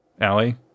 Allie